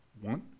One